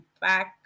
back